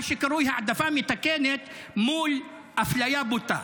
מה שקרוי: העדפה מתקנת מול אפליה בוטה.